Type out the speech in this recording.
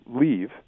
leave